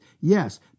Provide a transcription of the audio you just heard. Yes